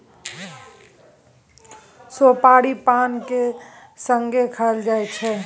सोपारी पान केर संगे खाएल जाइ छै